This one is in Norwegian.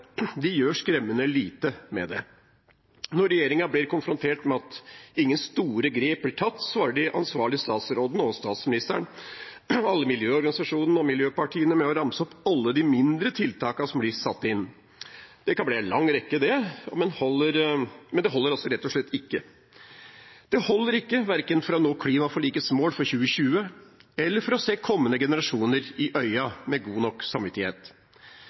De gjør skremmende lite med det. Når regjeringen blir konfrontert med at ingen store grep blir tatt, svarer de ansvarlige statsrådene og statsministeren alle miljøorganisasjonene og miljøpartiene med å ramse opp alle de mindre tiltakene som blir satt inn. Det kan bli en lang rekke, det, men det holder rett og slett ikke. Det holder ikke – verken for å nå klimaforlikets mål for 2020 eller for å se kommende generasjoner i øynene med god nok samvittighet.